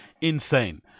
insane